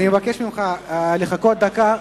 אני מבקש ממך לחכות דקה.